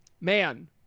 Man